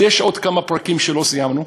אז יש עוד כמה פרקים שלא סיימנו.